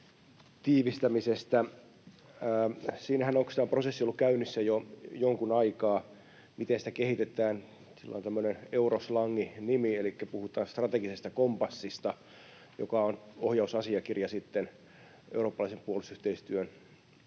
oikeastaan prosessi on ollut käynnissä jo jonkun aikaa, miten sitä kehitetään. Sillä on tämmöinen euroslanginimi, elikkä puhutaan strategisesta kompassista, joka on ohjausasiakirja eurooppalaisen puolustusyhteistyön